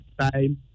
time